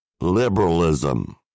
liberalism